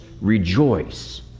rejoice